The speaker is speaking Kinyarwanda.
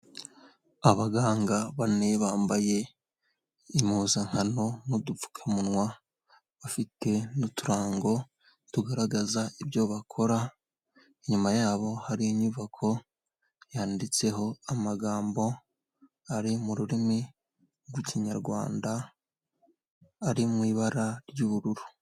Abaganga bane bambaye impuzankano n'udupfukamunwa, bafite n'uturango tugaragaza ibyo bakora, inyuma yabo hari inyubako yanditseho amagambo ari mu rurimi rw'ikinyarwanda ari mu ibara ry'ubururu.